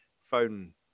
phone